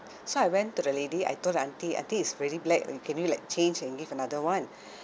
so I went to the lady I told the aunty I think its really black you can you like change and give another one